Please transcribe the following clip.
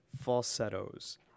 falsettos